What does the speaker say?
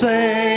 say